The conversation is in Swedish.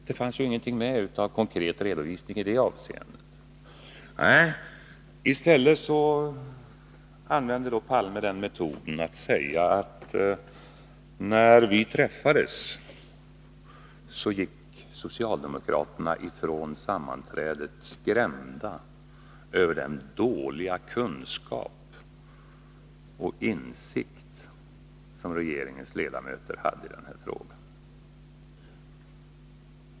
I stället använde Olof Palme metoden att säga att socialdemokraterna, efter det att vi hade träffats, gick från sammanträdet skrämda över de dåliga kunskaper och insikter som regeringens ledamöter hade i den här frågan.